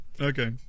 Okay